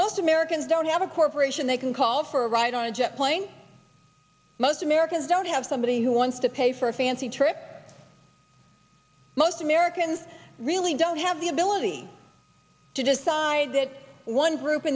most americans don't have a corporation they can call for a ride on a jet plane most americans don't have somebody who wants to pay for a fancy trip most americans really don't have the ability to decide that one group